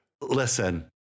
listen